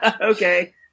okay